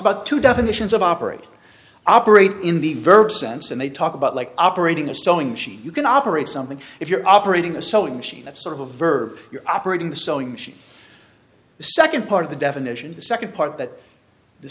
about two definitions of operate operate in the verb sense and they talk about like operating a sewing machine you can operate something if you're operating a sewing machine that's sort of a verb you're operating the sewing machine the second part of the definition the second part that the